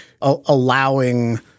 allowing